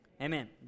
Amen